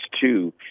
two